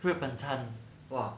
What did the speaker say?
日本餐 !wah!